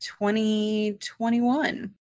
2021